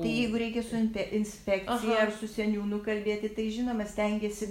tai jeigu reikia su impe inspekcija ar su seniūnu kalbėti tai žinoma stengiesi